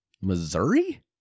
Missouri